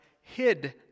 hid